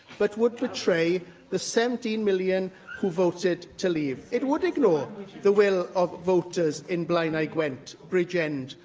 but would betray the seventeen million who voted to leave. it would ignore the will of voters in blaenau gwwent, bridgend,